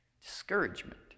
Discouragement